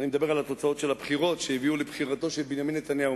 אני מדבר על תוצאות הבחירות שהביאו לבחירתו של בנימין נתניהו,